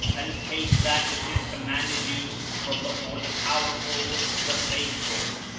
and take that which is commanded you from before the powerful, the faithful.